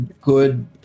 Good